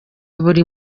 buri